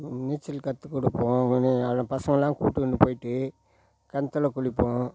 நீச்சல் கற்றுக் கொடுப்போம் உடனே அந்த பசங்கள்லாம் கூட்டி கொண்டு போய்ட்டு கிணத்துல குளிப்போம்